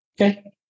Okay